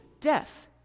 death